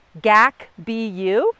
GACBU